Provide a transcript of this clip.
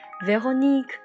Véronique